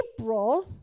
April